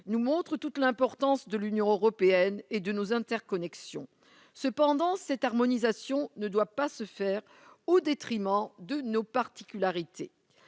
nous montre toute l'importance de l'Union européenne et de nos interconnexion cependant cette harmonisation ne doit pas se faire au détriment de nos particularités